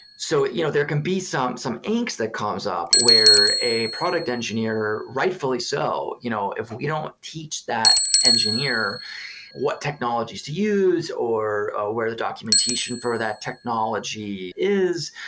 so you know there can be some some angst that comes up where a product engineer rightfully so, you know if we don't teach that engineer what technologies to use, or ah where the documentation for that technology is,